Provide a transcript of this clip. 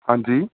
ਹਾਂਜੀ